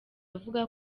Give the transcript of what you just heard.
avuga